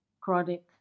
chronic